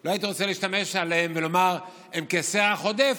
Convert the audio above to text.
לא הייתי רוצה להשתמש ולומר שהם כסרח עודף,